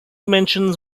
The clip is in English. mentions